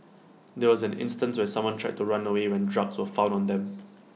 there was an instance where someone tried to run away when drugs were found on them